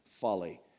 Folly